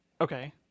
Okay